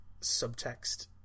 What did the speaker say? subtext